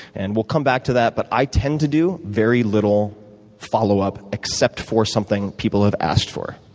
and we'll come back to that, but i tend to do very little follow-up, except for something people have asked for.